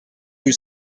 rue